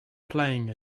playing